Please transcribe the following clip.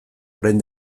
orain